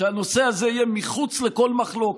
שהנושא הזה יהיה מחוץ לכל מחלוקת.